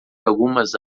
algumas